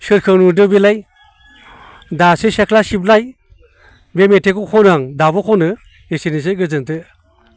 सोरखौ नुदों बेलाय दासो सिथ्ला सिबनाय बे मेथाइखौ खनो आं दाबो खनो एसेनोसै गोजोनथों